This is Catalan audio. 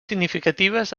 significatives